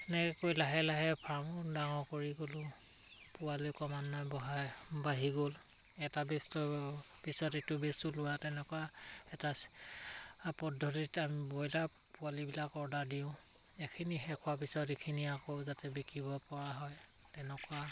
এনেক কৰি লাহে লাহে ফাৰ্মো ডাঙৰ কৰি গ'লোঁ পোৱালি অকমান নাই বহাই বাঢ়ি গ'ল এটা বেটছৰ পিছত এইটো বেটছো ওলোৱা তেনেকুৱা এটা পদ্ধতিত আমি ব্ৰইলাৰ পোৱালিবিলাক অৰ্ডাৰ দিওঁ এখিনি শেষ হোৱাৰ পিছত এইখিনি আকৌ যাতে বিকিব পৰা হয় তেনেকুৱা